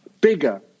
bigger